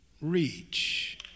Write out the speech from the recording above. reach